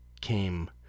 came